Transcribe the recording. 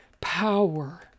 power